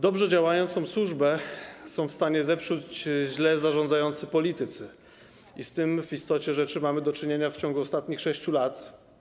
Dobrze działającą służbę są w stanie zepsuć źle zarządzający politycy i z tym w istocie rzeczy mamy do czynienia w ciągu ostatnich 6 lat.